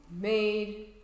made